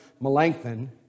Melanchthon